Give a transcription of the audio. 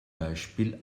beispiel